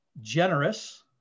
generous